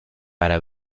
para